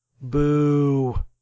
Boo